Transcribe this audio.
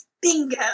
Bingo